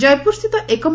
ଜୟପୁର ସ୍ଥିତ ଏକମ୍